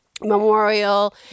memorial